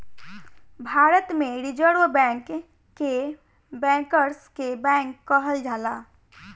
भारत में Reserve Bank के bankers के बैंक कहल जाला